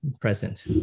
present